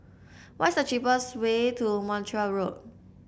what's the cheapest way to Montreal Road